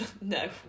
no